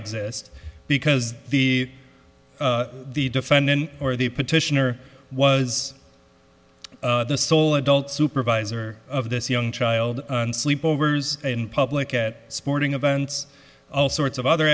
exist because the the defendant or the petitioner was the sole adult supervisor of this young child sleep overs in public at sporting events all sorts of other